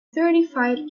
certified